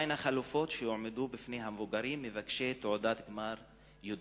3. מה הן החלופות שיועמדו לפני המבוגרים המבקשים תעודת גמר י"ב?